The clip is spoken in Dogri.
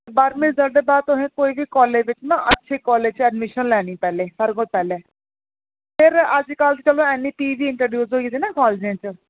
बाह्रमीं रिजल्ट दे बाद तुसें कोई बी कालेज बिच ना अच्छे कालेज च ऐडमिस्शन लैनी पैह्लें सारे कोला पैह्लें फ्ही अजकल ते चलो ऐन्नईपी बी इंट्रोड्यूस होई दा ना कालजें च